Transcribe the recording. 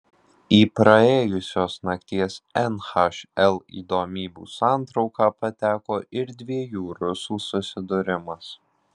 į praėjusios nakties nhl įdomybių santrauką pateko ir dviejų rusų susidūrimas